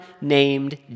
named